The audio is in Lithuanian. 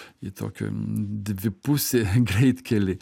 į tokio dvipusį greitkelį